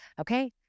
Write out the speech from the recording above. okay